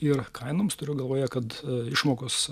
ir kainoms turiu galvoje kad išmokos